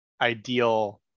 ideal